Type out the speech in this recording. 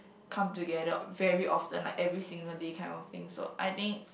come together very often like every single day kind of thing so I think it's